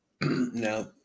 Now